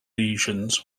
lesions